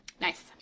Nice